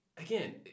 Again